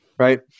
Right